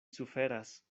suferas